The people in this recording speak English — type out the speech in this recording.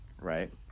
right